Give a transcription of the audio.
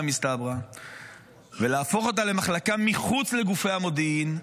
מסתברא ולהפוך אותה למחלקה מחוץ לגופי המודיעין,